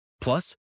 Plus